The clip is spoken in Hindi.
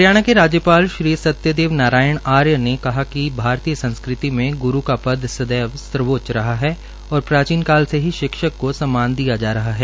हरियाणा के राज्यपाल श्री सत्यदेव नारायण आर्य ने कहा कि भारतीय संस्कृति में ग्रू का पद सर्वोच्च रहा है और प्राचीन काल से ही शिक्षक को सम्मान दिया जा रहा है